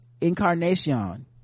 incarnation